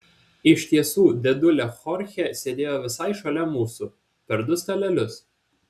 iš tiesų dėdulė chorchė sėdėjo visai šalia mūsų per du stalelius